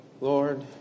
Lord